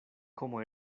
como